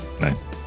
nice